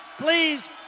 please